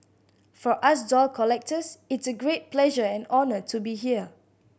for us doll collectors it's a great pleasure and honour to be here